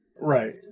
Right